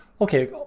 Okay